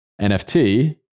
nft